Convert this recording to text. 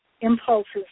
impulses